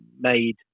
made